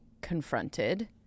confronted